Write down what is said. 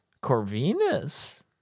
Corvinus